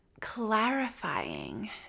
clarifying